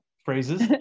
Phrases